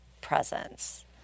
presence